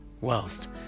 whilst